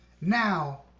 Now